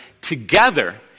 together